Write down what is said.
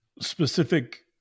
specific